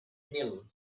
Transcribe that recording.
mil